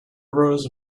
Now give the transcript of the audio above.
rows